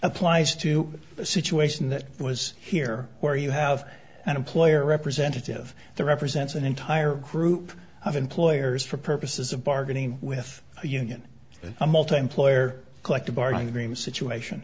applies to a situation that was here where you have an employer representative the represents an entire group of employers for purposes of bargaining with the union a multiplayer collective bargaining agreement situation